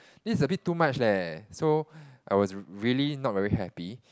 this is a bit too much leh so I was really not very happy